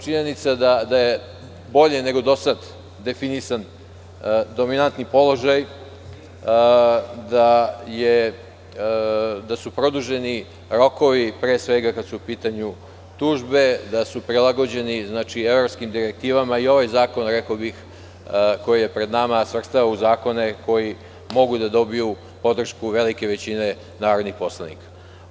Činjenica je da je bolje nego do sada definisan dominantni položaj, da su produženi rokovi, pre svega kada su u pitanju tužbe, da su prilagođeni evropskim direktivama i ovaj zakon, rekao bih, koji je pred nama, svrstan u zakone koji mogu da dobiju podršku velike većine narodnih poslanika.